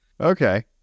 okay